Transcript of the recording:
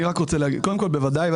בוודאי.